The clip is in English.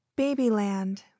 Babyland